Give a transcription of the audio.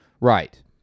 Right